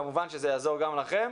כמובן שזה יעזור גם לכם.